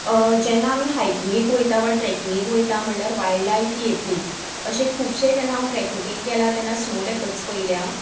जेन्ना आमी हायकिंगेक वयता वा ट्रेकिंगेक वयता म्हळ्यार वायल्ड लायफ ही येतलीच अशे खुबशे जेन्ना हांव ट्रेकिंगेक गेलां तेन्ना स्नो लेपड्स पयल्या